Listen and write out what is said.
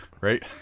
Right